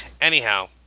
Anyhow